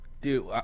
Dude